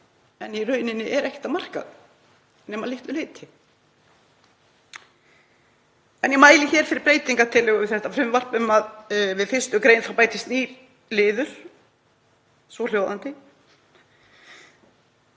En í rauninni er ekkert að marka þau nema að litlu leyti. En ég mæli hér fyrir breytingartillögu við þetta frumvarp um að við 1. gr. bætist nýr liður, svohljóðandi: